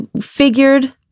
figured